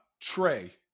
Trey